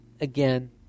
again